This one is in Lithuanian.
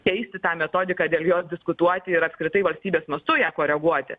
keisti tą metodiką dėl jos diskutuoti ir apskritai valstybės mastu ją koreguoti